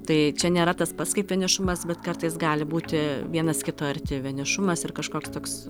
tai čia nėra tas pats kaip vienišumas bet kartais gali būti vienas kito arti vienišumas ir kažkoks toks